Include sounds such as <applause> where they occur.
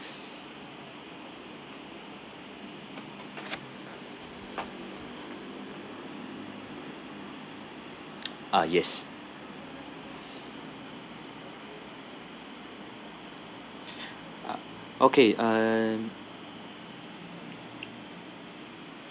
<noise> ah yes uh okay um